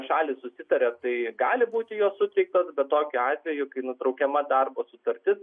šalys susitaria tai gali būti jos suteiktos bet tokiu atveju kai nutraukiama darbo sutartis